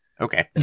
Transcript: Okay